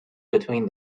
between